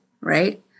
right